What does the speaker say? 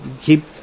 keep